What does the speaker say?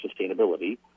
sustainability